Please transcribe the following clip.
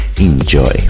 enjoy